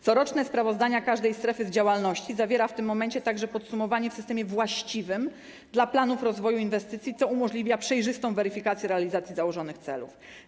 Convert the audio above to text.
Coroczne sprawozdanie każdej strefy z działalności zawiera także w tym momencie także podsumowanie w systemie właściwym dla planów rozwoju inwestycji, co umożliwia przejrzystą weryfikację realizacji założonych celów.